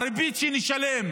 הריבית שנשלם